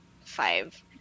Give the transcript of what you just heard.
five